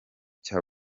cya